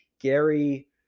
Gary